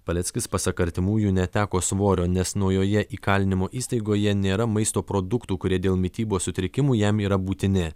paleckis pasak artimųjų neteko svorio nes naujoje įkalinimo įstaigoje nėra maisto produktų kurie dėl mitybos sutrikimų jam yra būtini